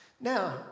Now